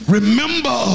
Remember